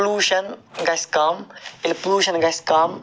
pollution گَژھِ کم ییٚلہِ پُلوٗشن گَژھِ کَم